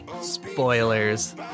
spoilers